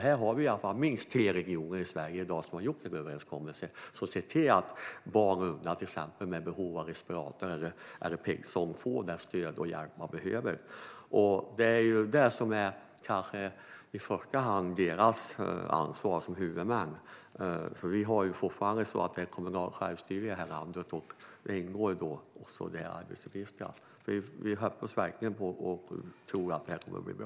Här har vi i alla fall minst tre regioner i Sverige i dag som har gjort en överenskommelse och sett till att till exempel barn och unga med behov av respirator eller PEG-sond får det stöd och den hjälp de behöver. Det är kanske det som i första hand är deras ansvar som huvudmän. Vi har nämligen fortfarande kommunalt självstyre i det här landet, och detta ingår i arbetsuppgiften. Vi hoppas verkligen på - och tror - att detta kommer att bli bra.